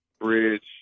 Bridge